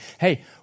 hey